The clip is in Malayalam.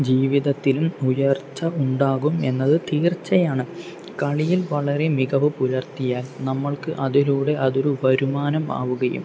ജീവിതത്തിലും ഉയർച്ച ഉണ്ടാകും എന്നത് തീർച്ചയാണ് കളിയിൽ വളരെ മികവ് പുലർത്തിയാൽ നമ്മൾക്കു അതിലൂടെ അതൊരു വരുമാനം ആവുകയും